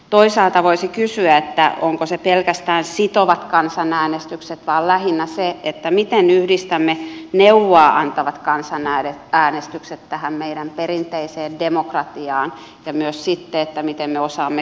toisaalta voisi kysyä että onko se pelkästään sitovat kansanäänestykset vai lähinnä se miten yhdistämme neuvoa antavat kansanäänestykset tähän meidän perinteiseen demokratiaan ja miten myös osaamme kuunnella